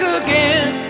again